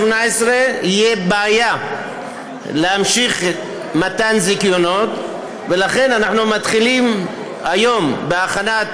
תהיה בעיה להמשיך את מתן הזיכיונות ולכן אנחנו מתחילים היום בהכנת